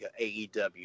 AEW